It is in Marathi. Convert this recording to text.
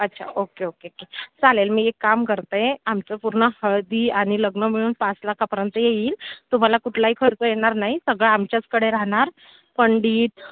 अच्छा ओके ओके चालेल मी एक काम करते आमचं पूर्ण हळदी आणि लग्न मिळून पाच लाखापर्यंत येईल तुम्हाला कुठलाही खर्च येणार नाही सगळं आमच्याचकडे राहणार पंडित